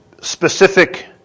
specific